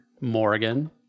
Morgan